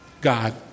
God